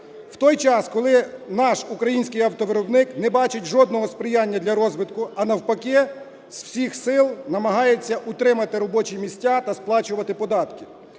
в той час коли наш український автовиробник не бачить жодного сприяння для розвитку, а навпаки з усіх сил намагається утримати робочі місця та сплачувати податки.